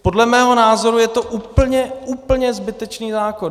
Podle mého názoru je to úplně, úplně zbytečný zákon.